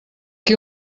qui